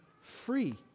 free